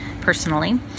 personally